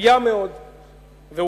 שגויה מאוד ואומללה.